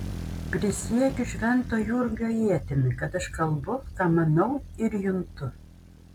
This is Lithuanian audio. prisiekiu švento jurgio ietimi kad aš kalbu ką manau ir juntu